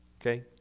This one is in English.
Okay